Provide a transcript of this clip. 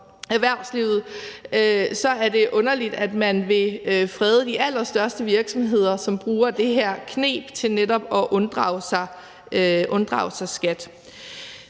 erhvervslivet, er det underligt, at man vil frede de allerstørste virksomheder, som bruger det her kneb til netop at unddrage sig skat.